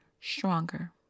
stronger